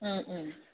ꯎꯝ ꯎꯝ